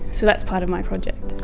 so that's part of my project.